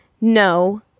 no